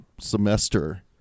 semester